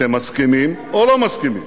אתם מסכימים או לא מסכימים?